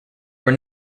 were